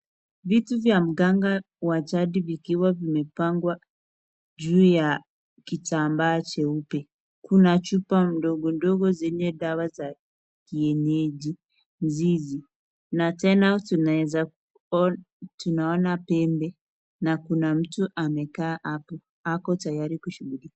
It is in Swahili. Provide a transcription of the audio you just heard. Vitu vya mganga wa jadi zikiwa zimepangwa juu ya kitambaa cheupe Kuna chupa ndogo ndogo zenye dawa za kienyeji mzizi na tena tunaeza kuona tunaona pembe na Kuna mtu hapo.